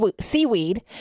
seaweed